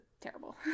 terrible